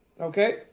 Okay